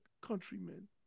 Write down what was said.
countrymen